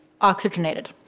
oxygenated